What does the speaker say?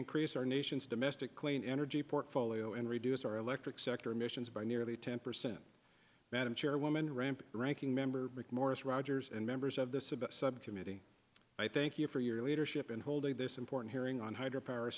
increase our nation's domestic clean energy portfolio and reduce our electric sector emissions by nearly ten percent madam chairwoman ramp ranking member mcmorris rodgers and members of the subcommittee thank you for your leadership in holding this important hearing on hydro power